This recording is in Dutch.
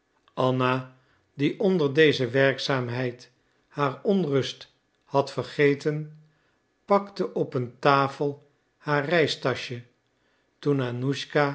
anna die onder deze werkzaamheid haar onrust had vergeten pakte op een tafel haar